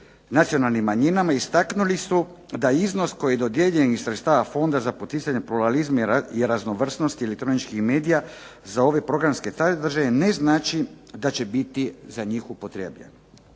nacionalnim manjinama istaknuli su da iznos koji je dodijeljen iz sredstava Fonda za poticanje pluralizma i raznovrsnosti elektroničkih medija za ove programske sadržaje ne znači da će biti za njih upotrebljen.